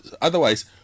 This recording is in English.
Otherwise